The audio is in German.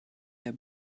der